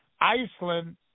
Iceland